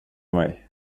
mig